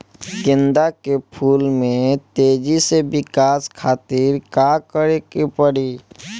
गेंदा के फूल में तेजी से विकास खातिर का करे के पड़ी?